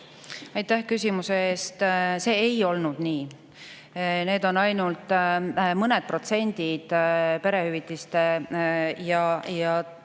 Aitäh küsimuse eest! See ei olnud nii. Need on ainult mõned protsendid perehüvitiste ja toetuste